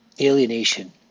Alienation